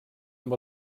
amb